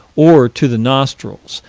or to the nostrils,